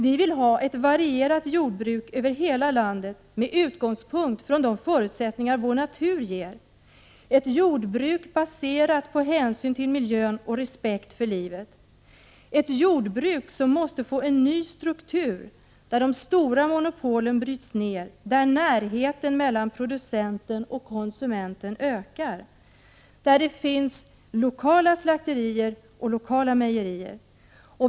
Vi vill ha ett varierat jordbruk över hela landet med utgångspunkt i de förutsättningar vår natur ger, ett jordbruk baserat på hänsyn till miljön och respekt för livet, ett jordbruk som måste få en ny struktur, där de stora monopolen bryts ner, där närheten mellan producenten och konsumenten ökar, där det finns lokala slakterier och mejerier.